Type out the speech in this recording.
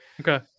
Okay